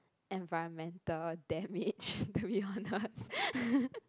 environmental damage to be honest